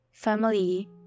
Family